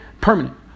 permanent